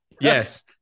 Yes